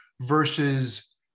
versus